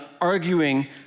arguing